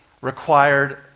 required